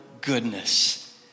goodness